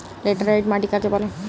Laterite মাটি কাকে বলে?